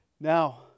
Now